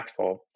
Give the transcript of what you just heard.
impactful